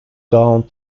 gaunt